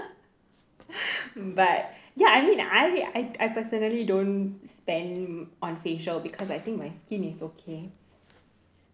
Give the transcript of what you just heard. but ya I mean I I I personally don't spend on facial because I think my skin is okay